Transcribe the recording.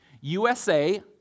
USA